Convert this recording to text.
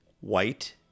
white